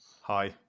Hi